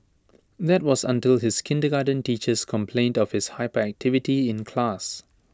that was until his kindergarten teachers complained of his hyperactivity in class